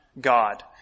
God